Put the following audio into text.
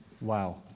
Wow